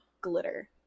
Glitter